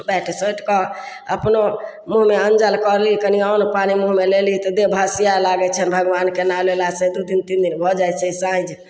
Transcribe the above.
बाँटि सोँटिकऽ अपनो मुँहमे अनजल करली कनि अन्न पानी मुँहमे लेली तऽ देह भसिआए लागै छनि भगवानके नाम लेलासे दुइ दिन तीन दिन भऽ जाइ छै तेँ